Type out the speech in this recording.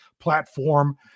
platform